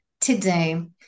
today